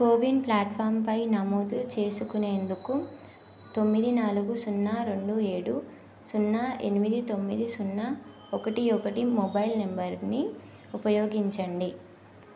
CoWIN ప్లాట్ఫామ్పై నమోదు చేసుకునేందుకు తొమ్మిది నాలుగు సున్నా రెండు ఏడు సున్నా ఎనిమిది తొమ్మిది సున్నా ఒకటి ఒకటి మొబైల్ నంబరుని ఉపయోగించండి